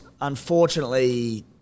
Unfortunately